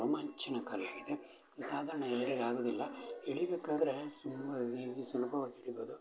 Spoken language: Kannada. ರೋಮಾಂಚನಕಾರಿಯಾಗಿದೆ ಸಾಧಾರಣ ಎಲ್ರಿಗೆ ಆಗೋದಿಲ್ಲ ಇಳಿಬೇಕಾದರೆ ತುಂಬ ಈಝಿ ಸುಲಭವಾಗಿ ಇಳಿಬೋದು